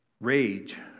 Rage